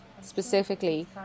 specifically